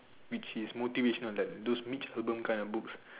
which is motivational that those mix urban kind of books